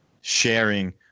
sharing